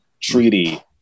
treaty